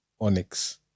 Onyx